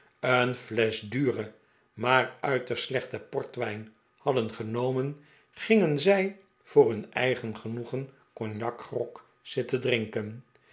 een flesch duren maar uiterst slechten portwijn hadden genomen gingen zij voor hun eigen genoegen cognacgrog zitten drinken